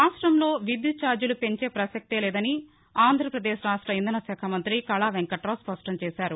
రాష్ట్రంలో విద్యుత్ ఛార్జీలను పెంచే పసక్తిలేదని ఆంధ్రప్రదేశ్ రాష్ట్ర ఇంధన శాఖ మంత్రి కళా వెంకటరావు స్పష్టంచేశారు